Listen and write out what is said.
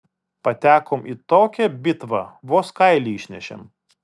patekom į tokią bitvą vos kailį išnešėm